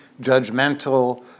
judgmental